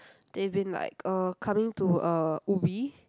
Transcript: they've been like uh coming to uh Ubi